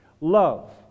Love